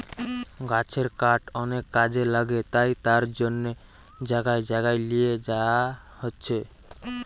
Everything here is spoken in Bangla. গাছের কাঠ অনেক কাজে লাগে তাই তার জন্যে জাগায় জাগায় লিয়ে যায়া হচ্ছে